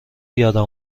یادم